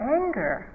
anger